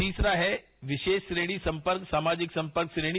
तीसरा है विशेष श्रेणी संपर्क सामाजिक संपर्क श्रेणी